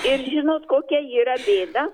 ir žinot kokia yra bėda